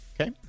Okay